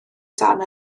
dan